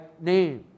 name